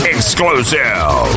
Exclusive